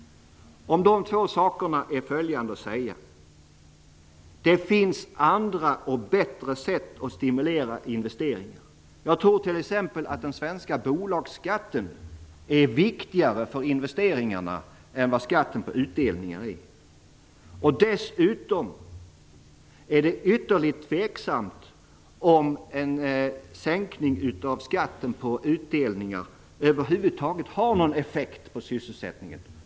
Om de två sakerna är följande att säga. Det finns andra och bättre sätt att stimulera investeringar. Jag tror t.ex. att den svenska bolagsskatten är viktigare för investeringarna än skatten på utdelningar. Dessutom är det ytterligt tveksamt om en sänkning av skatten på utdelningar över huvud taget har någon effekt på sysselsättningen.